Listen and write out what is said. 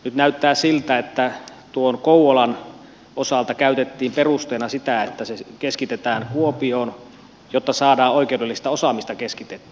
nyt näyttää siltä että tuon kouvolan osalta käytettiin perusteena sitä että se keskitetään kuopioon jotta saadaan oikeudellista osaamista keskitettyä